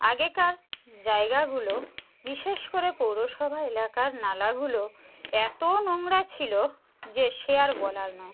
আগেকার জায়গাগুলো বিশেষ করে পৌরসভা এলাকার নালাগুলো এত নোংরা ছিলো যে সে আর বলার নয়